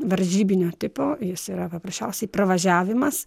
varžybinio tipo jis yra paprasčiausiai pravažiavimas